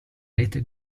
rete